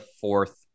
fourth